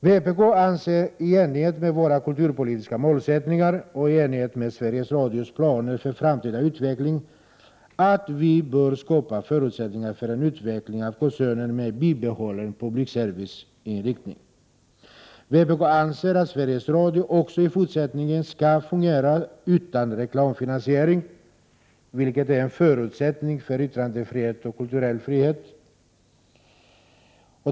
Vpk anser, i enlighet med sina kulturpolitiska målsättningar och i enlighet med Sveriges Radios planer för framtida utveckling, att vi bör skapa förutsättningar för en utveckling av koncernen med bibehållen public service-inriktning. Sveriges Radio skall också i fortsättningen fungera utan reklamfinansiering, vilket är en förutsättning för yttrandefrihet och kulturell frihet.